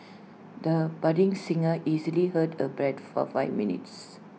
the budding singer easily held her A breath for five minutes